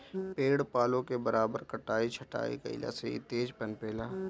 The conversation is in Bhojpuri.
पेड़ पालो के बराबर कटाई छटाई कईला से इ तेज पनपे ला